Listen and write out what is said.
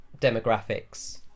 demographics